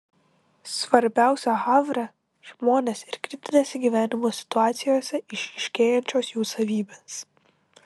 svarbiausia havre žmonės ir kritinėse gyvenimo situacijose išryškėjančios jų savybės